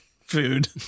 food